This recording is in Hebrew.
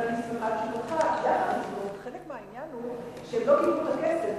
חלק מהעניין הוא שהם לא קיבלו את הכסף.